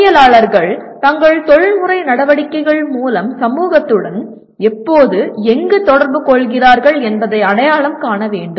பொறியியலாளர்கள் தங்கள் தொழில்முறை நடவடிக்கைகள் மூலம் சமூகத்துடன் எப்போது எங்கு தொடர்பு கொள்கிறார்கள் என்பதை அடையாளம் காண வேண்டும்